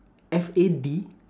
F A D